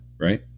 right